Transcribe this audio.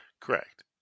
Correct